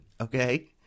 okay